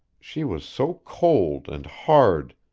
she was so cold and hard.